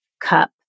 cup